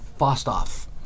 Fostoff